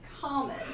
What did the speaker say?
common